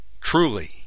Truly